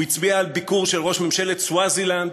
הוא הצביע על ביקור של ראש ממשלת סווזילנד